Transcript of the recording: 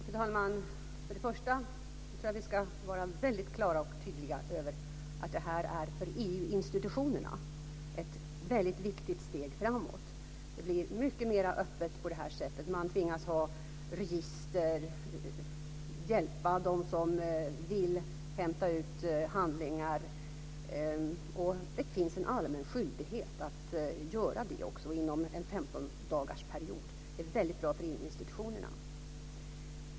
Fru talman! För det första tror jag att vi ska vara väldigt klara och tydliga om att detta gäller EU institutionerna. Det är för dem ett viktigt steg framåt. Det blir mycket mer öppet på det här sättet. Man tvingas ha register och man tvingas hjälpa dem som vill hämta ut handlingar. Det finns en allmän skyldighet att också göra det inom en 15-dagarsperiod. Det är väldigt bra för EU-institutionerna.